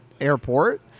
Airport